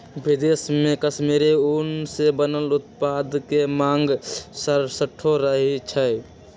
विदेश में कश्मीरी ऊन से बनल उत्पाद के मांग हरसठ्ठो रहइ छै